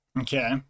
Okay